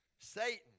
Satan